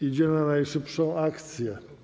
Idziemy na najszybszą akcję.